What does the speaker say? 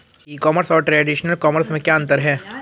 ई commerce और traditional commerce में क्या अंतर है?